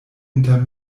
inter